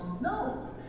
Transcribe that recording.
No